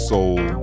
Soul